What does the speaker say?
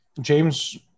James